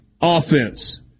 offense